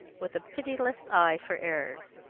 with a pitiless eye for errors.